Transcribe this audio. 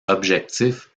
objectifs